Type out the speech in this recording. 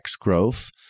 growth